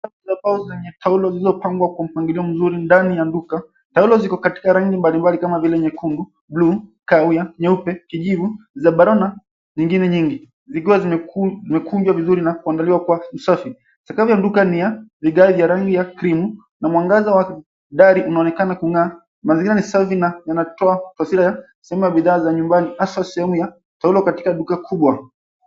Taulo zilizopangwa kwa mpangilio mzuri ndani ya duka, taulo ziko katika rangi mbalimbali kama vile nyekundu, buluu, kahawia, nyeupe, kijivu , zambarau na zingine nyingi zikiwa zimekunjwa vizuri na kuangaliwa kuwa ni safi. Sakafu ya duka ni ya rangi ya cream na mwangaza wake wa ndani unaonekana kung'aa . Mazingira ni safi na unatoa taswira sema bidhaa za nyumbani hasa sehemu ya taulo katika duka kubwa.